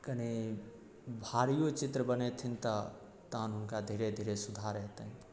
कनि भारियो चित्र बनेथिन तऽ तहन हुनका धीरे धीरे सुधार हेतनि